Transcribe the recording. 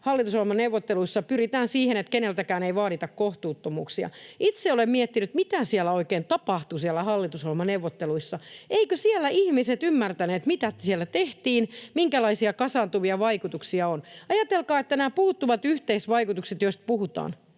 hallitusohjelmaneuvotteluissa pyritään siihen, että keneltäkään ei vaadita kohtuuttomuuksia. Itse olen miettinyt, mitä siellä oikein tapahtui, siellä hallitusohjelmaneuvotteluissa. Eivätkö siellä ihmiset ymmärtäneet, mitä siellä tehtiin, minkälaisia kasaantuvia vaikutuksia on? Ajatelkaa, että näissä puuttuvissa yhteisvaikutuksissa, joista puhutaan,